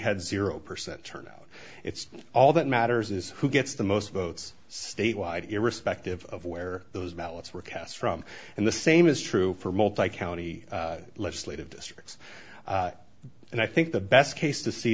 had zero percent turnout it's all that matters is who gets the most votes statewide irrespective of where those ballots were cast from and the same is true for multi county legislative districts and i think the best case to see